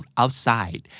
outside